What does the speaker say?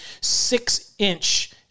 six-inch